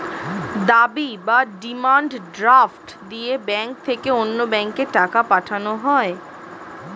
দাবি বা demand draft দিয়ে ব্যাংক থেকে অন্য ব্যাংকে টাকা পাঠানো হয়